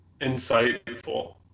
insightful